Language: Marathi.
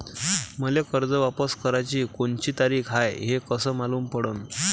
मले कर्ज वापस कराची कोनची तारीख हाय हे कस मालूम पडनं?